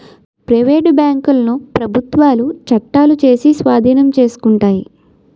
private బ్యాంకులను ప్రభుత్వాలు చట్టాలు చేసి స్వాధీనం చేసుకుంటాయి